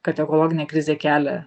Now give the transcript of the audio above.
kad ekologinė krizė kelia